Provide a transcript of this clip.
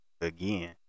again